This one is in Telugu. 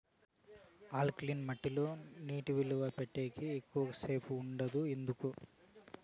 ఆల్కలీన్ మట్టి లో నీటి నిలువ పెట్టేకి ఎక్కువగా సేపు ఉండదు ఎందుకు